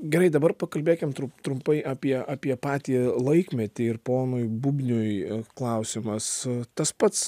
gerai dabar pakalbėkim trumpai apie apie patį laikmetį ir ponui bubniui klausimas tas pats